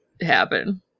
happen